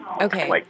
Okay